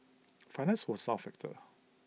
finance was not A factor